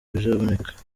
bizaboneka